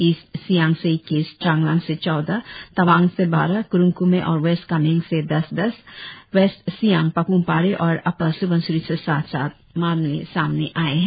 east Siang से इक्वीस चांगलांग से चौदह तवांग से बारह कुरुंग कुमे और वेस्ट कामेंग से दस दस वेस्ट सियांग पापुमपारे और अपर सुबनसिरी से सात सात मामले सामने आए है